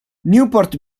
newport